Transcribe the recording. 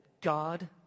God